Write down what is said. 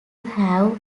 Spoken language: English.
have